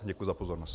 Děkuji za pozornost.